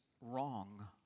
wrong